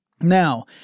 Now